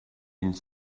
une